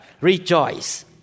Rejoice